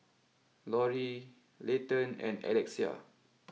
Lori Layton and Alexia